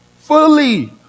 fully